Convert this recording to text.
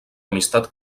amistat